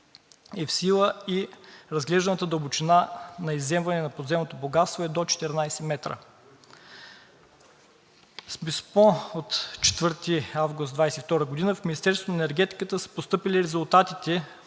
е в сила и разглежданата дълбочина на изземване на подземното богатство е до 14 метра. С писмо от 4 август 2022 г. в Министерството на енергетиката са постъпили резултатите